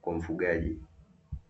kwa uzalishaji wa Hayo mazao.